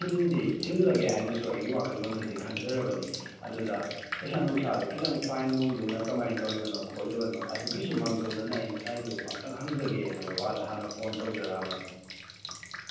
ꯊꯤꯟꯗꯤ ꯊꯤꯜꯂꯒꯦ ꯍꯥꯏꯅꯁꯨ ꯑꯩꯒꯤ ꯋꯥꯈꯜꯂꯣꯟꯗꯗꯤ ꯈꯟꯖꯔꯕꯅꯤ ꯑꯗꯨꯗ ꯄꯩꯁꯥ ꯅꯨꯡꯁꯥꯗꯣ ꯈꯤꯇꯪ ꯐꯥꯏꯟ ꯅꯨꯡꯗꯨꯅ ꯀꯃꯥꯏꯅ ꯇꯧꯔꯤꯕꯅꯣ ꯈꯣꯠꯂꯤꯕꯅꯣ ꯑꯗꯨꯒꯤꯁꯨꯝ ꯃꯥꯡꯖꯧꯅꯅ ꯑꯩ ꯉꯁꯥꯏꯗꯣ ꯑꯝꯇꯪ ꯈꯪꯖꯒꯦꯅ ꯕꯕꯥꯗ ꯍꯥꯟꯅ ꯐꯣꯟ ꯇꯧꯖꯔꯛ ꯑꯝꯕꯅꯦ